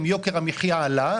יוקר המחיה עלה,